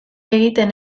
egiten